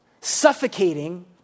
suffocating